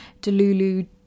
delulu